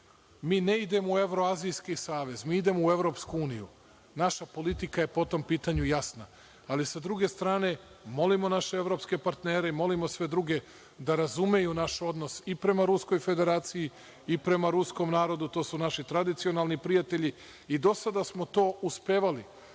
Mi ne idemo u evroazijski savez, mi idemo u EU. Naša politika je po tom pitanju jasna. Sa druge strane, molimo naše evropske partnere i molimo sve druge da razumeju i naš odnos i prema Ruskoj Federaciji i prema ruskom narodu, to su naši tradicionalni prijatelji, i do sada smo to uspevali.